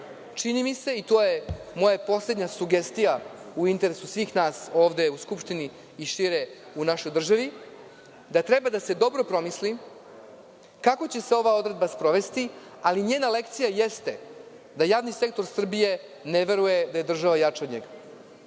čini mi se, to je moja poslednja sugestija u interesu svih nas ovde u Skupštini i šire u našoj državi, da treba da se dobro promisli kako će se ova odredba sprovesti, ali njena lekcija jeste da javni sektor Srbije ne veruje da je država jača od njega. Zbog